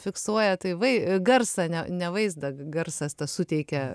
fiksuoja tai vai garsą ne ne vaizdą garsas suteikia